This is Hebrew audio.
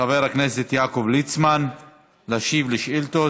חבר הכנסת יעקב ליצמן להשיב על שאילתות.